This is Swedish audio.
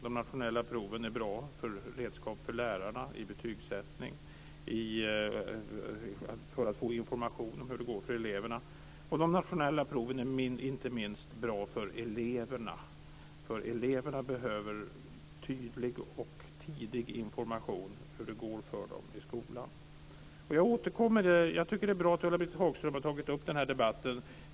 De nationella proven är bra redskap för lärarna vid betygssättning. De är bra redskap för att de ska få information om hur det går för eleverna. De nationella proven är inte minst bra för eleverna. Eleverna behöver tydlig och tidig information om hur det går för dem i skolan. Jag tycker att det är bra att Ulla-Britt Hagström har tagit upp den här debatten.